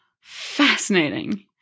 Fascinating